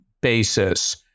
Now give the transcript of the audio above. basis